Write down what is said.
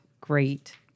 great